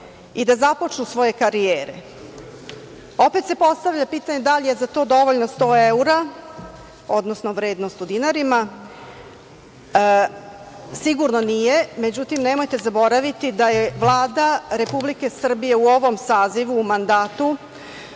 i da započnu svoje karijere. Opet se postavlja pitanje da li je za to dovoljno 100 evra, odnosno vrednost u dinarima? Sigurno nije, međutim nemojte zaboraviti da je Vlada Republike Srbije u ovom sazivu, mandatu,